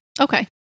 Okay